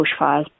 bushfires